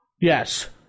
Yes